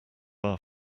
our